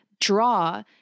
draw